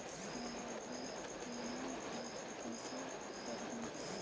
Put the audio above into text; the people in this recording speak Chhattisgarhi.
मोला ऋण लेना ह, कइसे करहुँ?